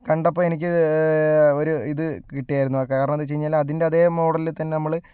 കണ്ടപ്പോൾ എനിക്ക് ഒരു ഇത് കിട്ടായിരുന്നു കാരണം എന്താ വെച്ചുകഴിഞ്ഞാൽ അതിന്റെ അതെ മോഡലില് തന്നെ നമ്മള്